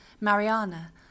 Mariana